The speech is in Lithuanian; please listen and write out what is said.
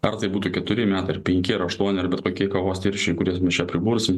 ar tai būtų keturi metai ar penki ar aštuoni ar bet kokie kavos tirščiai kuriais mes čia pribursim